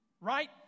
Right